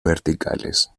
verticales